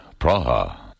Praha